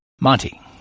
Monty